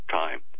time